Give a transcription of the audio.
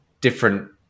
different